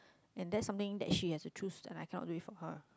and that something that she has to choose that I cannot do it for her